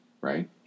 Right